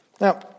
Now